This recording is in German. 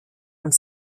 und